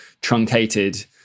truncated